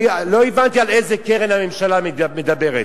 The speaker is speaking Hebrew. לא הבנתי על איזו קרן הממשלה מדברת.